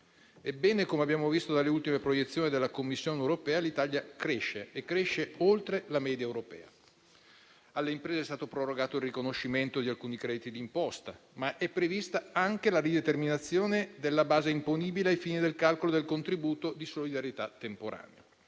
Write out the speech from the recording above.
Ebbene, come abbiamo visto dalle ultime proiezioni della Commissione europea, l'Italia cresce e cresce oltre la media europea. Per le imprese è stato prorogato il riconoscimento di alcuni crediti di imposta, ma è prevista anche la rideterminazione della base imponibile ai fini del calcolo del contributo di solidarietà temporaneo,